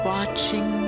Watching